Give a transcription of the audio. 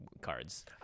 cards